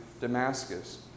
Damascus